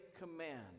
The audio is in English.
command